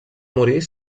morir